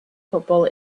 football